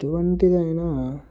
ఎటువంటిదైనా